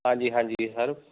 ਹਾਂਜੀ ਹਾਂਜੀ ਸਰ